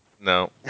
No